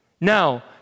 Now